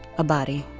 a body.